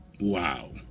Wow